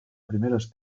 primeros